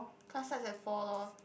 class starts at four lorh